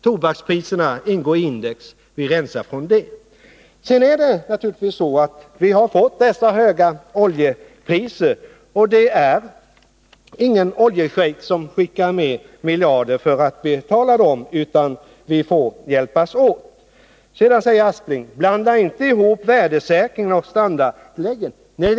Tobakspriserna ingår i indexet, och vi rensar nu bort dem från indexberäkningen. Sedan har vi ju fått dessa höga oljepriser. Det finns inte någon oljeschejk som skickar med miljarder för att betala dem, utan vi får hjälpas åt. Sven Aspling sade: Blanda inte ihop värdesäkringen och standardtillägget.